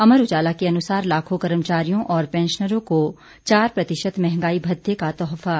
अमर उजाला के अनुसार लाखों कर्मचारियों और पैंशनरों को चार प्रतिशत महंगाई भत्ते का तोहफा